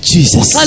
Jesus